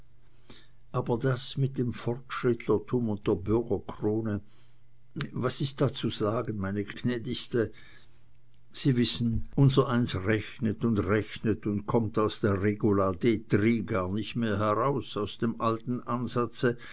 aber das mit dem fortschrittlertum und der bürgerkrone was ist da zu sagen meine gnädigste sie wissen unsereins rechnet und rechnet und kommt aus der regula de tri gar nicht mehr heraus aus dem alten ansatze